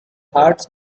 hearts